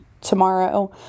tomorrow